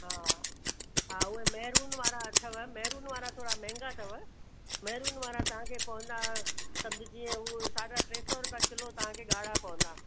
हा हा उहे मेरुन वारा अथव मेरुन वारा थोरा महांगा अथव मेरुन वारा तव्हांखे पवंदा समुझ जीअं उहा साढा टे सौ रुपया किलो तव्हांखे ॻाढ़ा पवंदा